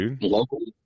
local